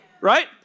Right